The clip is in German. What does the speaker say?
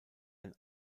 ein